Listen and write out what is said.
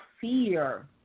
fear